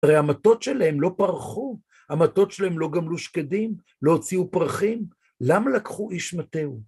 הרי המטות שלהם לא פרחו, המטות שלהם לא גמלו שקדים, לא הוציאו פרחים, למה לקחו איש מטהו?